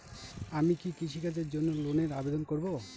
আমি কি কৃষিকাজের জন্য লোনের আবেদন করব?